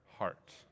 heart